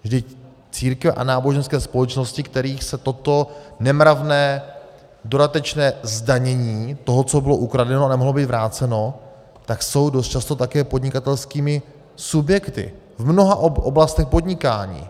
Vždyť církve a náboženské společnosti, kterých se toto nemravné dodatečné zdanění toho, co bylo ukradeno a nemohlo být vráceno, týká, jsou dost často také podnikatelskými subjekty v mnoha oblastech podnikání.